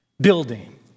building